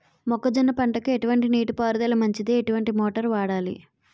మొక్కజొన్న పంటకు ఎటువంటి నీటి పారుదల మంచిది? ఎటువంటి మోటార్ వాడాలి?